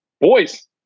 boys